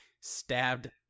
stabbed